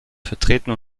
vertreten